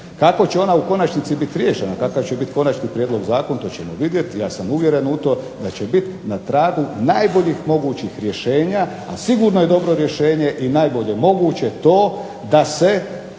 Kako će ona u konačnici biti riješena, kakav će biti konačni prijedlog zakona, ja sam uvjeren da će biti na tragu najboljih mogućih rješenja, a sigurno je bolje rješenje i najbolje moguće to da se